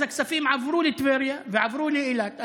הכספים עברו לטבריה ועברו לאילת.